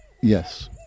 Yes